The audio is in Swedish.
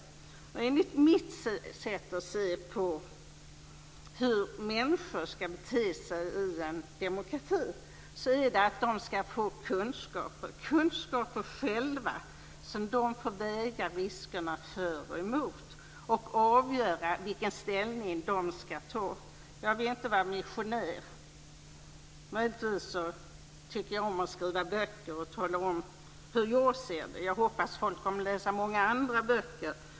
Enligt mitt sätt att se på hur människor skall bete sig i en demokrati skall de själva få kunskaper och sedan väga riskerna, för och emot, och avgöra viken ställning de skall ta. Jag vill inte vara missionär. Möjligtvis tycker jag om att skriva böcker och tala om hur jag ser det, men jag hoppas att folk kommer att läsa många andra böcker.